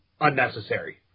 unnecessary